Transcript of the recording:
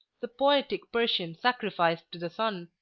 the poetic persian sacrificed to the sun,